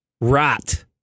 rot